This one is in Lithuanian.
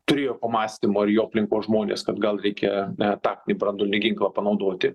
turėjo pamąstymų ar jo aplinkos žmonės kad gal reikia na taktinį branduolinį ginklą panaudoti